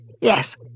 yes